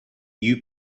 you